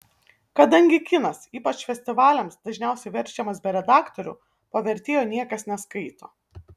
kadangi kinas ypač festivaliams dažniausiai verčiamas be redaktorių po vertėjo niekas neskaito